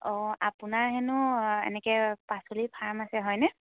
অঁ আপোনাৰ হেনো এনেকৈ পাচলিৰ ফাৰ্ম আছে হয়নে